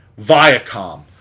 Viacom